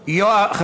ו-1231.